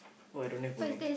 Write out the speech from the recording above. oh I don't have bowling